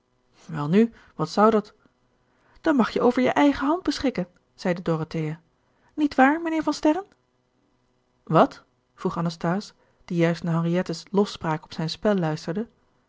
welnu wat zou dat dan mag je over je eigen hand beschikken zeide dorothea niet waar mijnheer van sterren wat vroeg anasthase die juist naar henriette's lofspraak op zijn spel luisterde